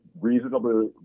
reasonably